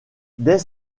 dès